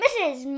Mrs